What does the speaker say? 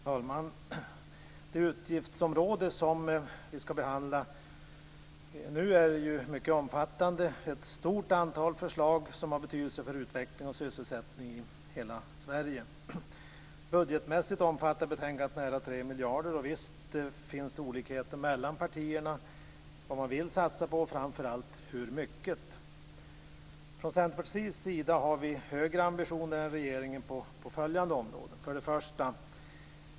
Fru talman! Det utgiftsområde som vi skall behandla nu är mycket omfattande. Det är ett stort antal förslag som har stor betydelse för utveckling och sysselsättning i hela Sverige. Budgetmässigt omfattar betänkandet nära 3 miljarder, och visst finns det olikheter mellan partierna i fråga om vad man vill satsa på och framför allt hur mycket. Från Centerpartiets sida har vi högre ambitioner än regeringen på följande områden: 1.